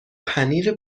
پنیر